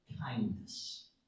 kindness